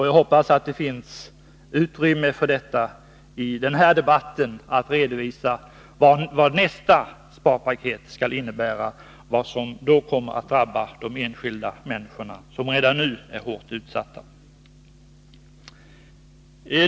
Jag hoppas att det finns utrymme i den här debatten att redovisa vad nästa sparpaket skall innehålla och vad som då kommer att drabba de enskilda människorna, som redan nu är hårt utsatta.